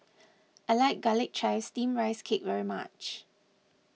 I like Garlic Chives Steamed Rice Cake very much